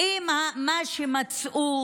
אם מה שמצאו,